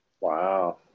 Wow